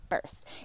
first